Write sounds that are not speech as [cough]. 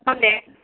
[unintelligible]